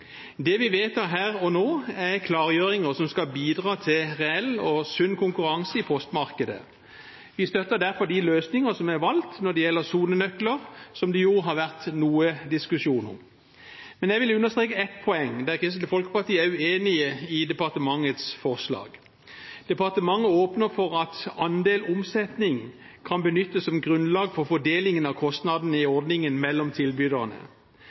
Det vi vedtar her og nå, er en klargjøring som skal bidra til en reell og sunn konkurranse i postmarkedet. Vi støtter derfor de løsninger som er valgt når det gjelder sonenøkler, som det har vært noe diskusjon om. Men jeg vil understreke ett poeng der Kristelig Folkeparti er uenig i departementets forslag. Departementet åpner for at «andel omsetning» kan benyttes som grunnlag av fordelingen av kostnadene i ordningen mellom